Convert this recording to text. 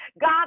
God